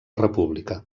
república